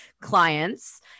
clients